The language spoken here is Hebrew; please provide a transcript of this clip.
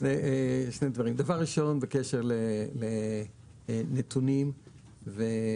שני דברים: דבר ראשון, בקשר לנתונים ועובדות.